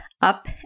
up